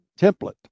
template